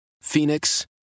Phoenix